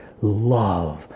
love